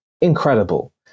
incredible